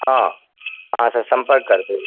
हँ हँ अहाँसँ सम्पर्क करबय